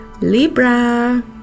Libra